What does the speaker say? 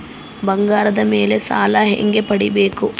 ಬಂಗಾರದ ಮೇಲೆ ಸಾಲ ಹೆಂಗ ಪಡಿಬೇಕು?